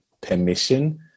permission